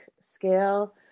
scale